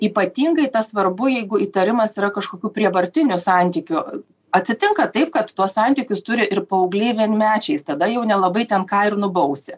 ypatingai tą svarbu jeigu įtarimas yra kažkokių prievartinių santykių atsitinka taip kad tuos santykius turi ir paaugliai vienmečiais tada jau nelabai ten ką ir nubausi